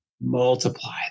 multiply